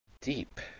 deep